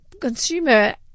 consumer